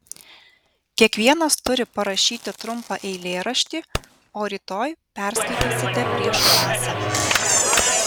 kiekvienas turi parašyti trumpą eilėraštį o rytoj perskaitysite prieš klasę